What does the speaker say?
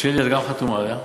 שלי, את גם חתומה עליה,